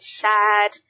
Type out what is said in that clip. sad